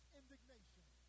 indignation